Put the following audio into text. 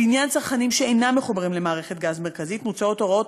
לעניין צרכנים שאינם מחוברים למערכת גז מרכזית מוצעות הוראות